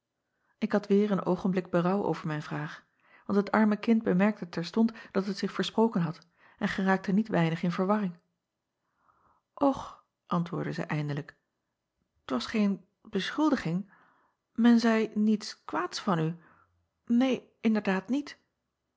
k had weêr een oogenblik berouw over mijn vraag acob van ennep laasje evenster delen want het arme kind bemerkte terstond dat het zich versproken had en geraakte niet weinig in verwarring ch antwoordde zij eindelijk t was geen beschuldiging men zeî niets kwaads van u neen inderdaad niet